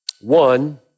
One